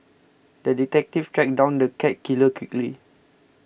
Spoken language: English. the detective tracked down the cat killer quickly